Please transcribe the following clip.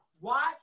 Watch